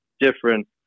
different